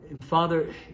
Father